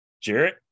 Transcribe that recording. Jarrett